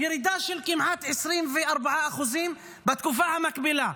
ירידה כמעט של 24% בתקופה המקבילה.